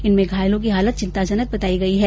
इनमें घायलों की हालत चिंता जनक बताई गई है